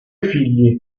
figli